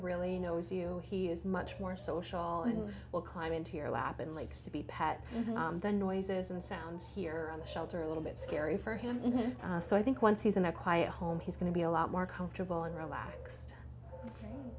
really knows you he is much more social will climb into your lap and likes to be pet the noises and sounds here on the shelter a little bit scary for him so i think once he's in a quiet home he's going to be a lot more comfortable and relaxed